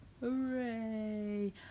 Hooray